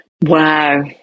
wow